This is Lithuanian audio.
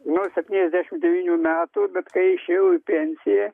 nu septyniasdešimt devynių metų bet kai išėjau į pensiją